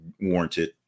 Warranted